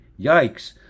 yikes